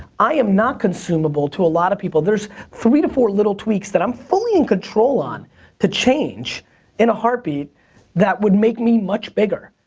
i am not consumable to a lot of people. there's three to four little tweeks that i'm fully in control on to change in a heartbeat that would make me much bigger,